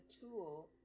tool